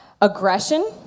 Aggression